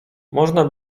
można